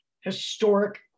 historic